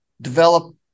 develop